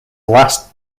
last